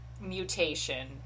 mutation